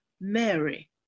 Mary